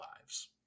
lives